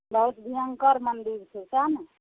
बहुत भयङ्कर मन्दिर छै सएह ने